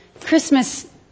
Christmas